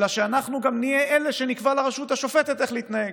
אלא אנחנו גם נהיה אלה שנקבע לרשות השופטת איך להתנהג